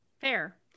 fair